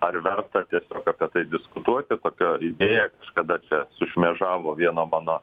ar verta tiesiog apie tai diskutuoti tokio idėja kažkada sušmėžavo vieno mano